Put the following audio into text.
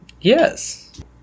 Yes